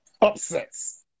upsets